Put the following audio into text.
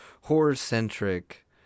horror-centric